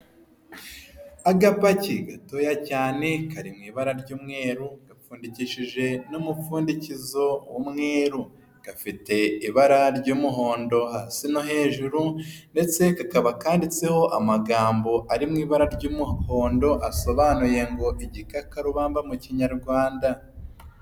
Agapaki gatoya cyane kari mu ibara ry'umweru gapfundikishije n'umupfundikizo w'umweru, gafite ibara ry'umuhondo hasi no hejuru ndetse kakaba kanditseho amagambo ari mu ibara ry'umuhondo asobanuye ngo igikakarubamba mu kinyarwanda.